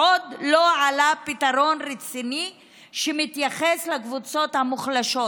עוד לא עלה פתרון רציני שמתייחס לקבוצות המוחלשות.